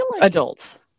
adults